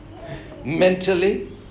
Mentally